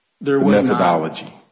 methodology